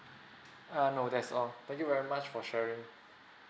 um no that's all thank you very much for sharing